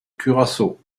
curaçao